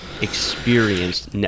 experienced